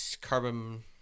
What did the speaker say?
carbon